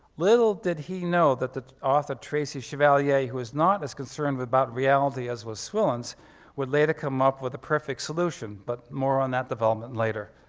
little did he know that the author tracy chevalyay who is not as concerned about reality as was swillens would later come up with a perfect solution but more on that development later.